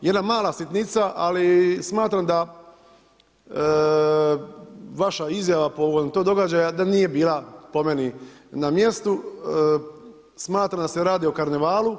Jedna mala sitnica, ali smatram da vaša izjava povodom tog događaja da nije bila po meni na mjestu, smatram da se radi o karnevalu.